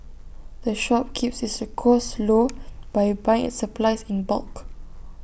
the shop keeps its costs low by buying its supplies in bulk